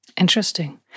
Interesting